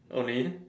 only